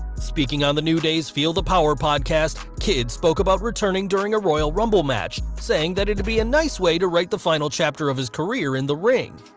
speaking on the new day's feel the power podcast, kidd spoke about returning during a royal rumble match, saying that it'd be a nice way to write the final chapter of his career in the ring.